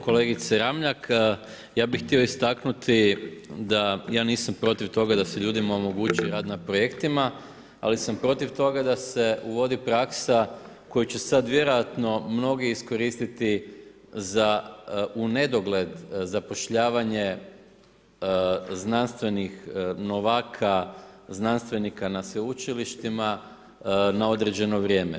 Kolegice Ramljak, ja bih htio istaknuti da ja nisam protiv toga da se ljudima omogući rad na projektima, ali sam protiv toga da se uvodi praksa koju će sad vjerojatno mnogi iskoristi za unedogled zapošljavanje znanstvenih novaka, znanstvenika na sveučilištima na određeno vrijeme.